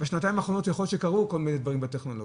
בשנתיים האחרונות יכול להיות שקרו כל מיני דברים בטכנולוגיה,